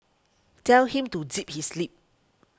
tell him to zip his lip